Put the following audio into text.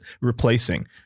replacing